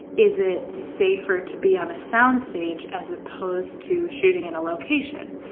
is it safer to be on a soundstage as opposed to shooting in a location?